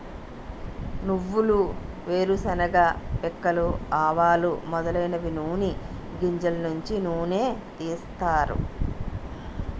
నువ్వులు వేరుశెనగ పిక్కలు ఆవాలు మొదలైనవి నూని గింజలు నుంచి నూనె తీస్తారు